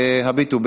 הביטו,